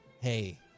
hey